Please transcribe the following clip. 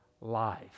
life